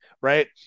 right